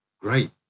great